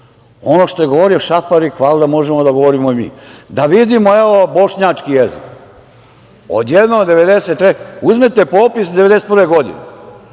Ono što je govorio Šafarik valjda možemo da govorimo i mi. Da vidimo, evo, bošnjački jezik. Uzmite popis 1991. godine,